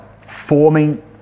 forming